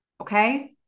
Okay